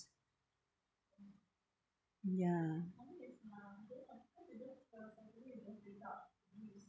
ya